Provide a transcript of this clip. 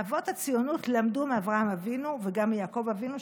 ואבות הציונות למדו מאברהם אבינו וגם מיעקב אבינו,